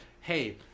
hey